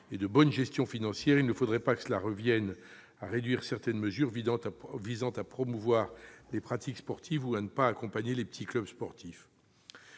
et de bonne gestion financière, il ne faudrait pas que nous en arrivions à réduire certaines mesures visant à promouvoir les pratiques sportives ou à ne pas accompagner les petits clubs sportifs.